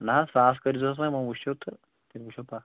نَہ حظ ساس کٔرِزِہوس وۄنۍ وۄنۍ وٕچھِو تہٕ تیٚلہِ وٕچھو پتھ